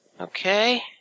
Okay